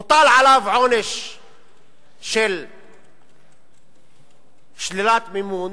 מוטל עליו עונש של שלילת מימון